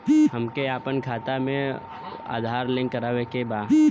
हमके अपना खाता में आधार लिंक करावे के बा?